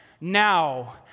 Now